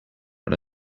but